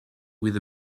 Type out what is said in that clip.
with